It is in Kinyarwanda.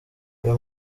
uyu